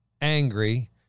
angry